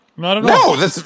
No